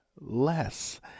less